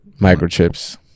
Microchips